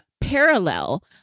parallel